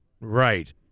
Right